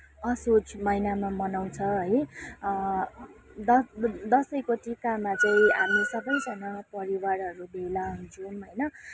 असोज महिनामा मनाउँछ है द दसैँको टिकामा चाहिँ हामी सबैजना परिवारहरू भेला हुन्छौँ होइन